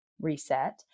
reset